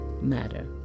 Matter